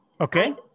Okay